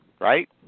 Right